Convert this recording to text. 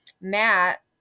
Matt